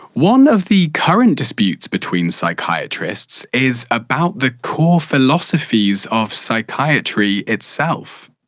one of the current disputes between psychiatrists is about the core philosophies of psychiatry itself.